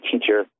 teacher